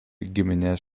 giminės